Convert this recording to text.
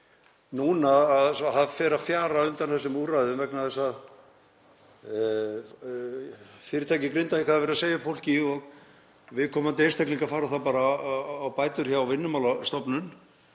en núna fer að fjara undan þessum úrræðum vegna þess að fyrirtæki í Grindavík hafa verið að segja upp fólki og viðkomandi einstaklingar fara þá bara á bætur hjá Vinnumálastofnun.